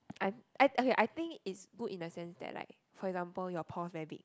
I'm I okay I think it's good in the sense that like for example your pores very big